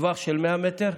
בטווח של 100 מטרים?